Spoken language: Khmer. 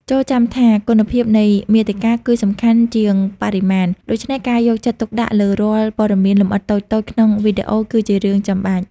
ចូរចាំថា គុណភាពនៃមាតិកាគឺសំខាន់ជាងបរិមាណ ដូច្នេះការយកចិត្តទុកដាក់លើរាល់ព័ត៌មានលម្អិតតូចៗក្នុងវីដេអូគឺជារឿងចាំបាច់។